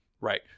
right